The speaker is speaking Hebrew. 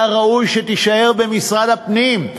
היה ראוי שתישאר במשרד הפנים.